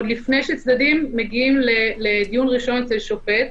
עוד לפני שצדדים מגיעים לדיון ראשון אצל שופט,